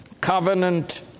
covenant